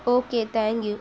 okay tank you